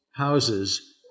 houses